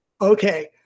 Okay